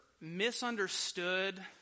misunderstood